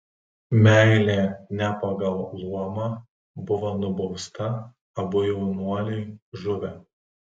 meilė ne pagal luomą buvo nubausta abu jaunuoliai žuvę